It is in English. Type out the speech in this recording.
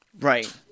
Right